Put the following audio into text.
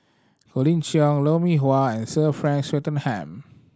Colin Cheong Lou Mee Wah and Sir Frank Swettenham